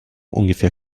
ungefähr